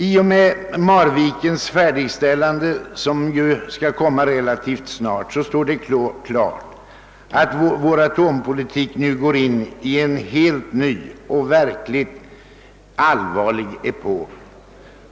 I och med Marvikenanläggningens färdigställande, som är att vänta tämligen snart, står det klart, att vår atom politik nu går in i en helt ny och verkligt allvarlig epok.